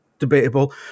Debatable